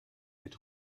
wird